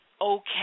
okay